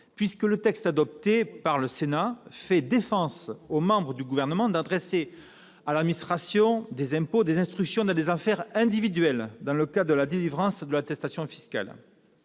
puisque le texte adopté par le Sénat fait défense aux membres du Gouvernement d'adresser à l'administration des impôts des instructions dans des affaires individuelles, dans le cadre de la délivrance de l'attestation fiscale.